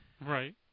right